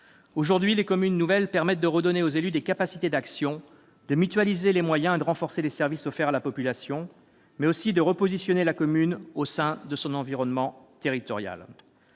Aujourd'hui, les communes nouvelles permettent de redonner aux élus des capacités d'action, de mutualiser les moyens et de renforcer les services offerts à la population, mais aussi de repositionner la commune au sein de son environnement territorial.